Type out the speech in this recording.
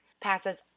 passes